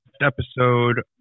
episode